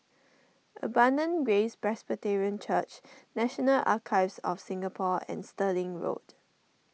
Abundant Grace Presbyterian Church National Archives of Singapore and Stirling Road